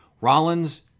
Rollins